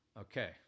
Okay